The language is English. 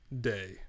day